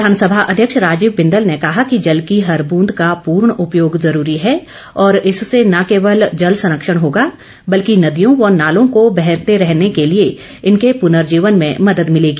विधानसभा अध्यक्ष राजीव बिंदल ने कहा कि जल की हर ब्रंद का पूर्ण उपयोग जरूरी है और इससे न केवल जल संरक्षण होगा बल्कि नदियों व नालों को बहते रहने के लिए इनके पुनर्जीवन में मदद मिलेगी